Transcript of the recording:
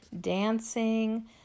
dancing